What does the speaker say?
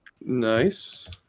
Nice